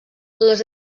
les